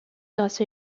grâce